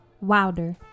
Wilder